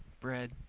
bread